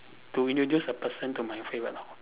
to introduce a person to my favourite hobby